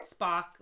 Spock